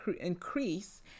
increase